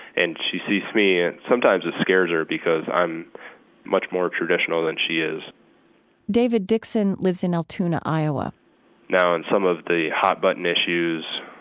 and she sees me, and sometimes it scares her, because i'm much more traditional than she is david dixon lives in altoona, iowa now, on some of the hot button issues,